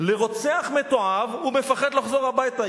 לרוצח מתועב, הוא מפחד לחזור הביתה.